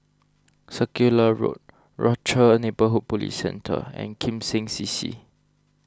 Circular Road Rochor Neighborhood Police Centre and Kim Seng C C